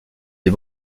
des